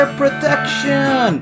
protection